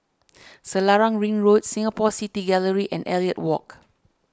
Selarang Ring Road Singapore City Gallery and Elliot Walk